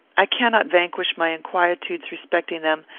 i cannot vanquish my inquietudes respecting them,